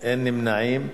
נמנעים,